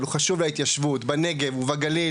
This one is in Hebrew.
הוא חשוב להתיישבות בנגב ובגליל,